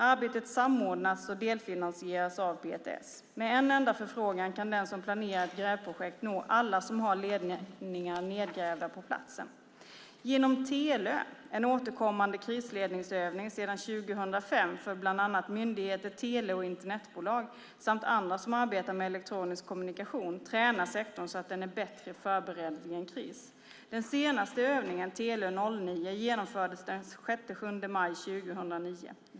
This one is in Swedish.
Arbetet samordnas och delfinansieras av PTS. Med en enda förfrågan kan den som planerar ett grävprojekt nå alla som har ledningar nedgrävda på platsen. Genom Telö, en återkommande krisledningsövning sedan 2005 för bland annat myndigheter, tele och Internetbolag samt andra som arbetar med elektronisk kommunikation, tränar sektorn så att den är bättre förberedd vid en kris. Den senaste övningen, Telö 09, genomfördes den 6-7 maj 2009.